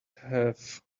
have